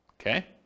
Okay